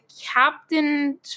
captain